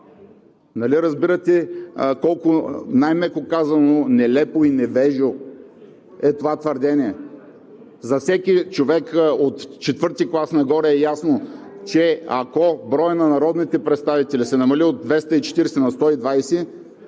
Нали разбирате, колко, най-меко казано, нелепо и невежо е това твърдение. За всеки човек от четвърти клас нагоре е ясно, че ако броят на народните представители се намали от 240 на 120,